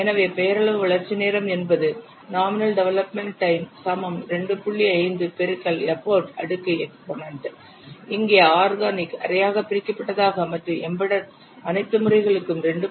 எனவே பெயரளவு வளர்ச்சி நேரம் என்பது இங்கே ஆர்கானிக் அரையாக பிரிக்கப்பட்டதாக மற்றும் எம்பெடெட் அனைத்து முறைகளுக்கும் 2